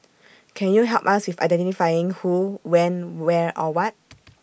can you help us with identifying who when where or what